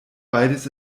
beides